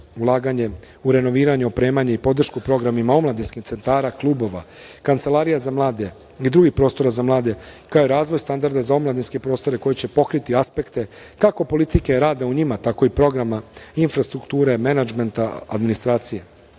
ulaganje u renoviranje, opremanje, podršku programima omladinskih centara, klubova, kancelarija za mlade i drugih prostora za mlade, kao i razvoj standarda za omladinske prostore koji će pokriti aspekte kako politike rada u njima, tako i programa, infrastrukture, menadžmenta, administracije. Radiće